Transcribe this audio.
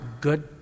good